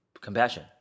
compassion